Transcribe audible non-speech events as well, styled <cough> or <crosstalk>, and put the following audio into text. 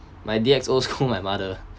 my D X O scold my mother <laughs>